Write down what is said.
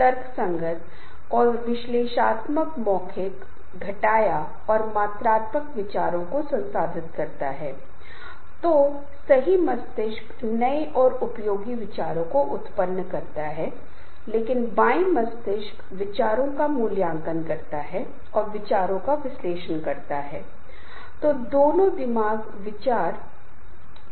तो जैसे ये फंक्शनल ग्रुप हैं किसी भी संगठन में स्थापना विभाग है लेखा विभाग है आप में से कुछ इस प्रकार के विभागों के विपणन आदि को जानते हैं इसलिए ये विभाग या दूसरे शब्दों में कह सकते हैं कि लोगों का समूह बना रहता है उन्हें दिए गए या दिए गए कार्य के कुछ प्रकार के कार्य करने के लिए